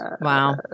Wow